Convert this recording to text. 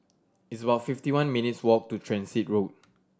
it's about fifty one minutes' walk to Transit Road